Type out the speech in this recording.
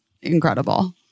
incredible